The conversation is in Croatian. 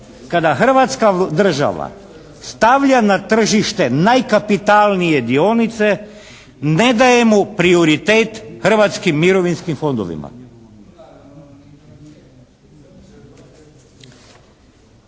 kada hrvatska država stavlja na tržište najkapitalnije dionice ne dajemo prioritet Hrvatskim mirovinskim fondovima.